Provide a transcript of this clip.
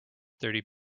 thirty